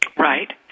Right